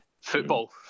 football